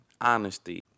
honesty